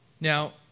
Now